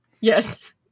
Yes